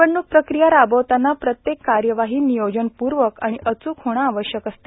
निवडणूक प्रक्रिया राबवताना प्रत्येक कार्यवाही नियोजनपूर्वक आणि अचूक होणं आवश्यक असते